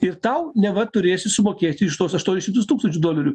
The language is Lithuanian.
ir tau neva turėsi sumokėti iš tuos aštuonis šimtus tūkstančių dolerių